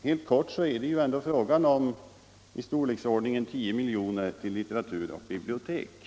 Helt kort är det ändå — damål fråga om ett stöd av storleksordningen 10 milj.kr. till litteratur och bibliotek.